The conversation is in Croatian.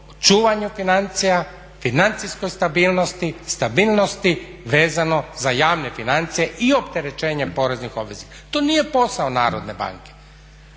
o čuvanju financija, financijskoj stabilnosti, stabilnosti vezano za javne financije i opterećenje poreznih obveznika. To nije posao Narodne banke.